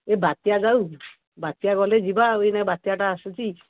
ଏଇ ବାତ୍ୟା ଯାଉ ବାତ୍ୟା ଗଲେ ଯିବା ଆଉ ଏଇନେ ବାତ୍ୟାଟା ଆସୁଛି